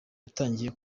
yatangiye